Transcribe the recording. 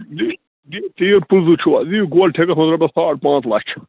یہِ یہِ یہِ چھُو اَز دِیِو گول ٹھیکٕس منٛز رۅپیَس ساڑ پانٛژھ لَچھ